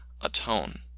atone